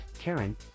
Karen